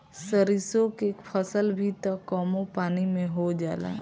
सरिसो के फसल भी त कमो पानी में हो जाला